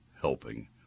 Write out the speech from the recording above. helping